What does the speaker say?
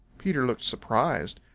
peter looked surprised.